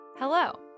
Hello